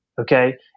Okay